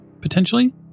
potentially